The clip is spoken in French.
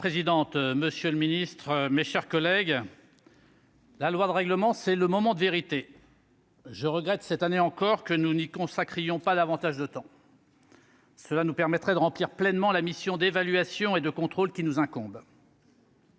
Madame la présidente, monsieur le Ministre, mes chers collègues. La loi de règlement, c'est le moment de vérité. Je regrette cette année encore, que nous n'y consacrions pas davantage de temps. Cela nous permettrait de remplir pleinement la mission d'évaluation et de contrôle qui nous incombe.